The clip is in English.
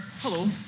Hello